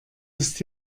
ist